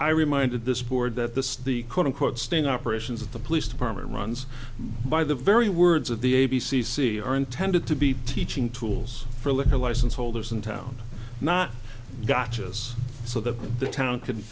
i reminded this board that the the quote unquote sting operations of the police department runs by the very words of the a b c c are intended to be teaching tools for a liquor license holders in town not gotchas so that the town c